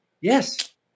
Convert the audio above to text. Yes